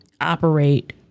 operate